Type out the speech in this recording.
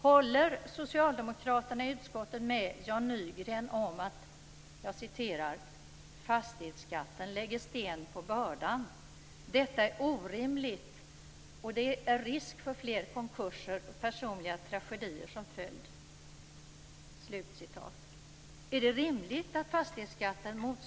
Håller socialdemokraterna i utskottet med Jan Nygren när han säger: Fastighetsskatten lägger sten på bördan. Detta är orimligt och det är risk för fler konkurser med personliga tragedier som följd?